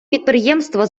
підприємства